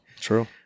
true